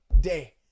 day